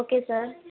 okay sir